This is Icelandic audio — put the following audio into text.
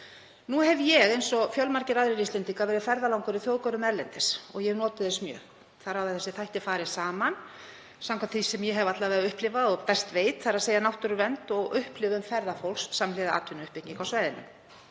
Nú hef ég eins og fjölmargir aðrir Íslendingar verið ferðalangur í þjóðgörðum erlendis. Ég hef notið þess mjög. Þar hafa þessir þættir farið saman samkvæmt því sem ég hef alla vega upplifað og best veit, þ.e. náttúruvernd og upplifun ferðafólks samhliða atvinnuuppbyggingu á svæðinu.